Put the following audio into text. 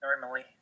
normally